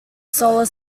solar